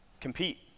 compete